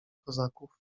kozaków